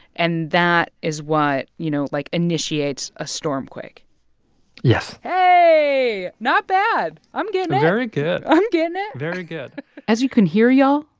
and that is what, you know, like, initiates a stormquake yes hey. hey. not bad. i'm getting it very good i'm getting it very good as you can hear, y'all,